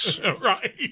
right